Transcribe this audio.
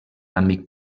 amic